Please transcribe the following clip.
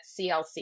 CLC